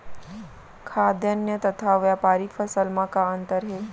खाद्यान्न तथा व्यापारिक फसल मा का अंतर हे?